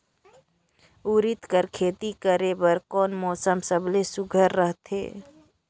उरीद कर खेती करे बर कोन मौसम सबले सुघ्घर रहथे?